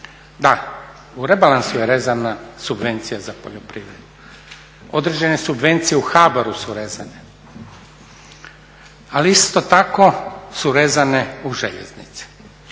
Da, u rebalansu je rezana subvencija za poljoprivredu. Određene subvencije u HBOR-u su rezane. Ali isto tako su rezane i u Željeznici